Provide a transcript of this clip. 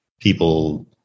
people